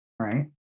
right